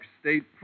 State